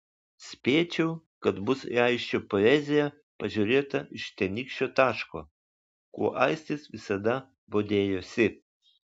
spėčiau kad bus į aisčio poeziją pažiūrėta iš tenykščio taško kuo aistis visada bodėjosi